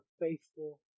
faithful